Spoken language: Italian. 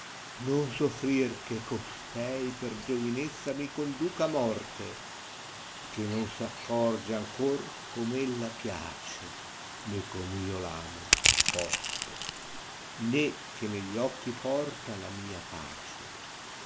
non soffrir che costei per giovinezza mi conduca a morte che non s accorge ancor com ella piace ne come io v amo forte ne che negli occhi porta la mia pace